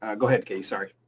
ah go ahead, katie, sorry.